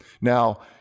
Now